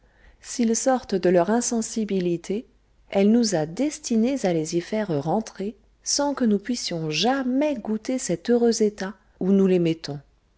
s'ils sortent de leur insensibilité elle nous a destinées à les y faire rentrer sans que nous puissions jamais goûter cet heureux état où nous les mettons